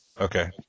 Okay